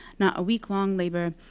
not a week-long labor,